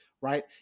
right